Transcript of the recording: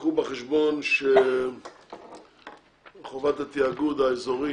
קחו בחשבון שחובת התיאגוד האזורי